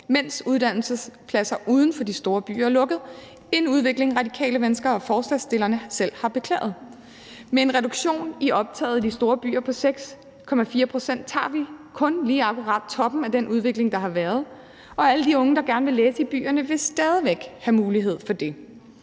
mens uddannelsespladser uden for de store byer er lukket – en udvikling, som Radikale Venstre og forslagsstillerne selv har beklaget. Med en reduktion i optaget i de store byer på 6,4 pct. tager vi kun lige akkurat toppen af den udvikling, der har været, og alle de unge, der gerne vil læse i byerne, vil stadig væk have mulighed for det.